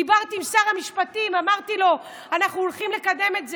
דיברתי עם שר המשפטים ואמרתי לו: אנחנו הולכים לקדם את זה.